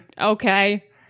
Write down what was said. okay